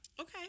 Okay